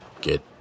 get